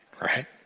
Right